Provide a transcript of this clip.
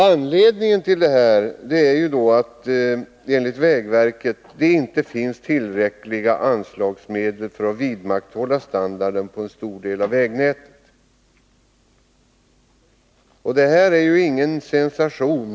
Anledningen till skadorna är att det enligt vägverket inte finns tillräckliga anslagsmedel för att man skall kunna vidmakthålla standarden på en stor del av vägnätet. Detta är ingenting sensationellt.